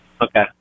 Okay